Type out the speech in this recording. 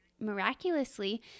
miraculously